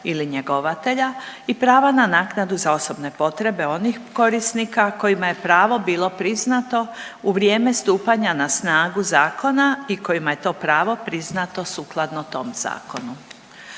ili njegovatelja i prava na naknadu za osobne potrebe onih korisnika kojima je pravo bilo priznato u vrijeme stupanja na snagu zakona i kojima je to pravo priznato sukladno tom zakonu.